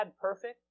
perfect